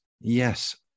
Yes